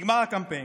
נגמר הקמפיין,